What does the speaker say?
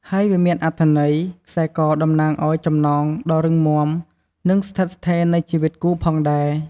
ហើយវាមានអត្ថន័យ ខ្សែកតំណាងឱ្យ ចំណងដ៏រឹងមាំ និងស្ថេរភាពនៃជីវិតគូផងដែរ។